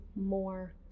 more